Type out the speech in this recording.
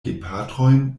gepatrojn